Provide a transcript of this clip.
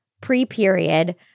pre-period